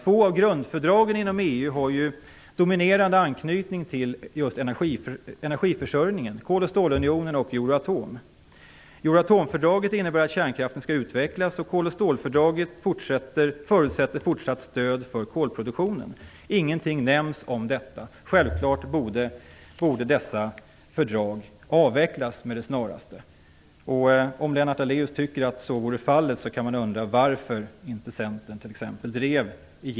Två av grundfördragen inom EU har ju en dominerande anknytning till just energiförsörjningen, nämligen Euratomfördraget innebär att kärnkraften skall utvecklas, och kol och stålfördraget förutsätter fortsatt stöd för kolproduktionen. Ingenting nämns om detta. Självklart borde dessa fördrag avvecklas med det snaraste.